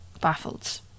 baffled